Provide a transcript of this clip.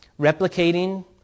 replicating